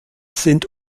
sind